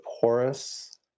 porous